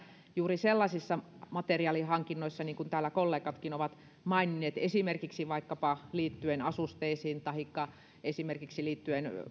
juuri sellaisissa materiaalihankinnoissa niin kuin täällä kollegatkin ovat maininneet jotka liittyvät esimerkiksi vaikkapa asusteisiin tahikka liittyvät esimerkiksi